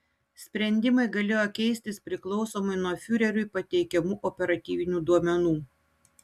sprendimai galėjo keistis priklausomai nuo fiureriui pateikiamų operatyvinių duomenų